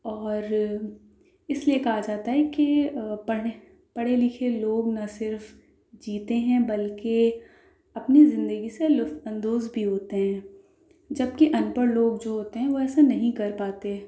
اور اس لیے کہا جاتا ہے کہ پڑھ پڑھے لکھے لوگ نہ صرف جیتے ہیں بلکہ اپنی زندگی سے لطف اندوز بھی ہوتے ہیں جبکہ ان پڑھ لوگ جو ہوتے ہیں وہ ایسا نہیں کر پاتے